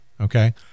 okay